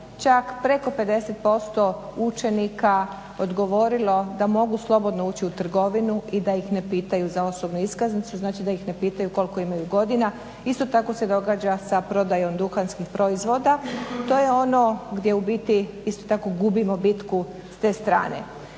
čak preko 50% učenika odgovorilo da mogu slobodno ući u trgovinu i da ih ne pitaju za osobnu iskaznicu, znači da ih ne pitaju koliko imaju godina. Isto tako se događa sa prodajom duhanskih proizvoda. To je ono gdje u biti isto tako gubimo bitku s te strane.